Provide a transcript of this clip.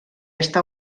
està